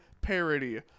parody